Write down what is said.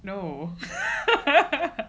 no